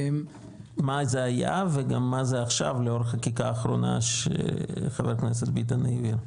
מה זה היה וגם מה זה עכשיו לאור החקיקה האחרונה שחבר הכנסת ביטן העביר?